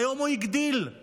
היום הוא הגדיל לעשות